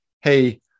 hey